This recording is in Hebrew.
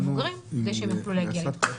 מבוגרים כדי שהם יוכלו להגיע לשם ולהתחסן.